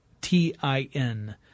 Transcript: T-I-N